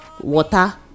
water